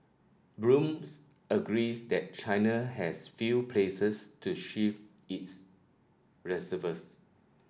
blooms agrees that China has few places to shift its reserves